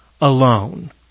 alone